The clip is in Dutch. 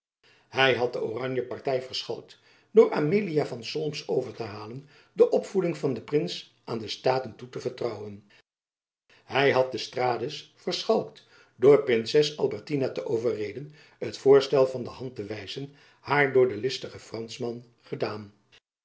hy had de oranje party verschalkt door amelia van solms over te halen de opvoeding van den prins aan de staten toe te vertrouwen hy had d'estrades verschalkt door princes albertina te overreden het voorstel van de hand te wijzen haar door den listigen franschman gedaan